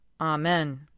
Amen